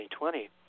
2020